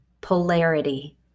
Polarity